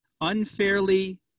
unfairly